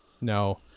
No